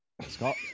Scott